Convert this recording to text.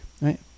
right